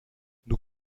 nous